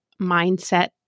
mindset